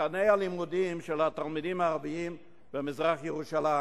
תוכני הלימודים של התלמידים הערבים במזרח-ירושלים,